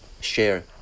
share